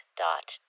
dot